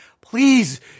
Please